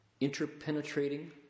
interpenetrating